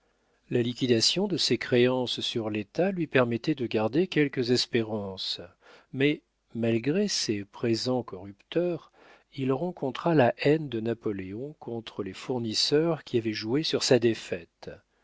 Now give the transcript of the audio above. la liquidation de ses créances sur l'état lui permettait de garder quelques espérances mais malgré ses présents corrupteurs il rencontra la haine de napoléon contre les fournisseurs qui avaient joué sur sa défaite